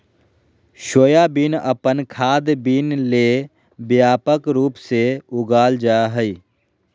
soybean अपन खाद्य bean ले व्यापक रूप से उगाल जा हइ